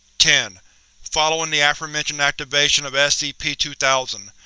ten following the aforementioned activation of scp two thousand,